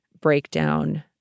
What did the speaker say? breakdown